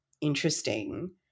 interesting